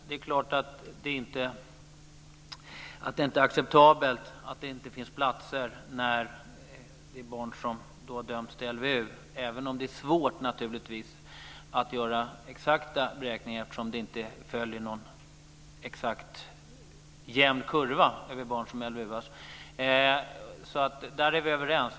Herr talman! Det är inte acceptabelt att det inte finns platser till de barn som har dömts till LVU, även om det naturligtvis är svårt att göra exakta beräkningar eftersom detta inte följer någon exakt jämn kurva. Där är vi överens.